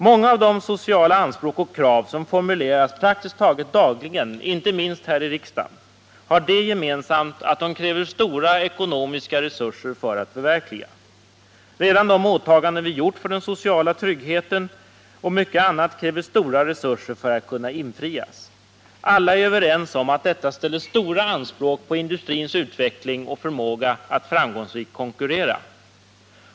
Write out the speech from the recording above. Många av de sociala anspråk och krav som formuleras praktiskt taget dagligen, inte minst här i riksdagen, har det gemensamt att de kräver stora ekonomiska resurser för att förverkligas. Redan de åtaganden vi gjort för den sociala tryggheten och mycket annat kräver stora resurser för att kunna infrias. Alla är överens om att detta ställer stora anspråk på industrins utveckling och förmåga att framgångsrikt konkurrera.